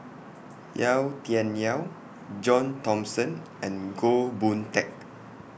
Yau Tian Yau John Thomson and Goh Boon Teck